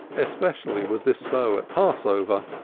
especially was this so at passover,